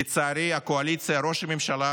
לצערי, הקואליציה וראש הממשלה